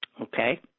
Okay